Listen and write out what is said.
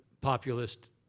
populist